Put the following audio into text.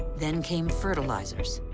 then came fertilizers,